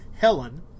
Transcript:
Helen